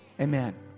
Amen